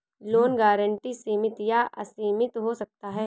loan guarantee सीमित या असीमित हो सकता है